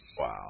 Wow